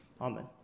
Amen